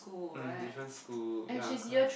um different school ya correct